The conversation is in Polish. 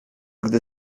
gdy